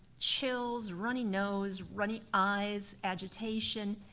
chills, runny nose, runny eyes, agitation.